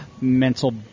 mental